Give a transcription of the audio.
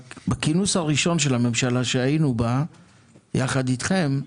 בכינוס הראשון של הממשלה, שהיינו בה יחד אתכם,